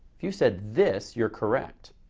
if you said this, you're correct.